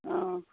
অঁ